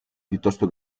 piuttosto